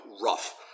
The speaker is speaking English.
rough